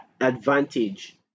advantage